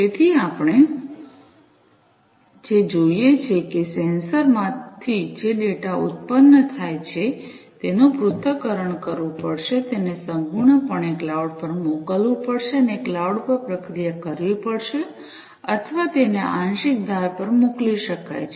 તેથી આપણે જે જોઈએ છીએ કે સેન્સરમાંથી જે ડેટા ઉત્પન્ન થાય છે તેનું પૃથ્થકરણ કરવું પડશે તેને સંપૂર્ણપણે ક્લાઉડ પર મોકલવું પડશે અને ક્લાઉડ પર પ્રક્રિયા કરવી પડશે અથવા તેને આંશિક ધાર પર મોકલી શકાય છે